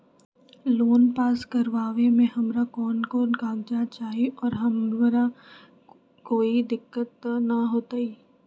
Loan पास करवावे में हमरा कौन कौन कागजात चाही और हमरा कोई दिक्कत त ना होतई?